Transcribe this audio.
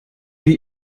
wir